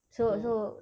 ya